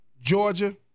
Georgia